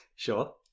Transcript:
Sure